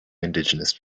indigenous